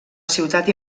ciutat